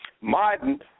Martin